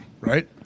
right